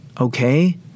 Okay